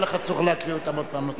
אין צורך להקריא אותם עוד פעם.